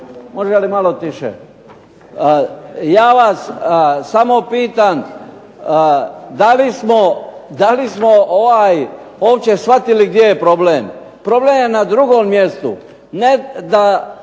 nije bitno odijelo. Ja vas samo pitam da li smo uopće shvatili gdje je problem. Problem je na drugom mjestu,